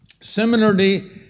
Similarly